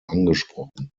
angesprochen